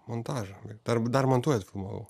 montažą dar dar montuojant filmavau